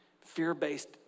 Fear-Based